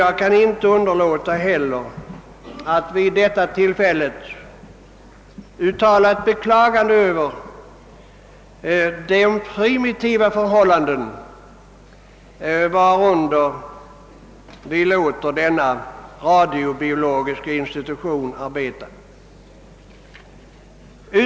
Jag kan inte heller underlåta att vid detta tillfälle uttala ett beklagande över de primtiva förhållanden under vilka vi låter den radiobiologiska institutionen arbeta.